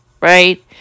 right